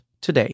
today